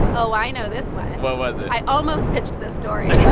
oh, i know this one what was it? i almost pitched this story yeah